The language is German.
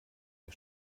der